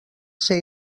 ser